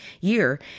year